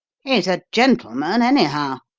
he's a gentleman, anyhow,